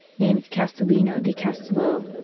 named castellino di castello,